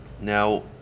now